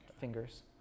fingers